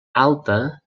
alta